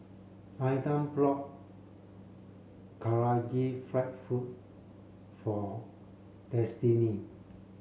Ilah brought Karaage Fried Food for Destini